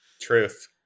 truth